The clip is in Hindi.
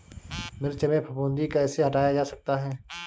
मिर्च में फफूंदी कैसे हटाया जा सकता है?